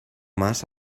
más